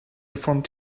formed